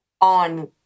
on